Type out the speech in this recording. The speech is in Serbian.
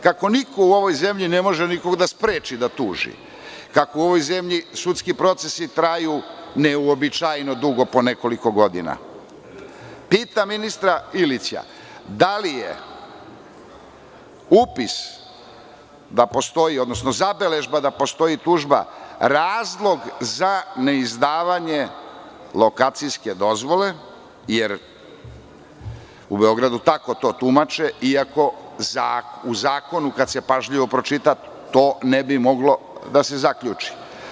Kako niko u ovoj zemlji ne može nikog da spreči da tuži, kako u ovoj zemlji sudski procesi traju neuobičajeno dugo po nekoliko godina, pitam ministra Ilića – da li je upis, odnosno zabeležba da postoji tužba razlog za neizdavanje lokacijske dozvole, jer u Beogradu tako to tumače, iako u zakonu, kada se pažljivo pročita, to ne bi moglo da se zaključi?